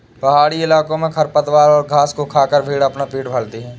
पहाड़ी इलाकों में खरपतवारों और घास को खाकर भेंड़ अपना पेट भरते हैं